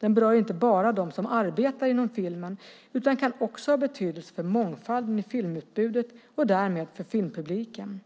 Den berör inte bara dem som arbetar inom filmen, utan kan också ha betydelse för mångfalden i filmutbudet och därmed för filmpubliken.